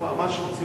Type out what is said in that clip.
מה שרוצה